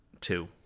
Two